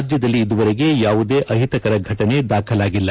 ರಾಜ್ಯದಲ್ಲಿ ಇದುವರೆಗೆ ಯಾವುದೇ ಅಹಿತಕರ ಫಟನೆ ದಾಖಲಾಗಿಲ್ಲ